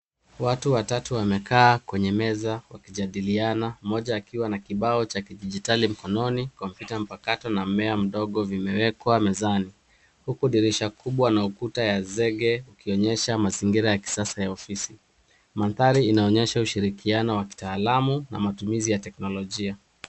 Watu watatu wamekaa kwenye meza wakijidaliana moja akiwa na kibao cha kidigitali mkononi kompyuta mpakato na mimea midogo vimewekwa mezani, huku dirisha kubwa na ukuta ya sege, ukionyesha mazingira ya kisasa ya ofisi. Maandari inaonyesha ushirikiano wa kitaalumuna matumizi ya teknolojia.